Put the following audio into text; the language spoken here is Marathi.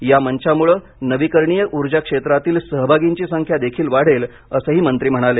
या मंचामुळे नवीकरणीय उर्जा क्षेत्रातील सहभागींची संख्या देखील वाढेल असंही मंत्री म्हणाले